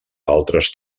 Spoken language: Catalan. altres